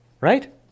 Right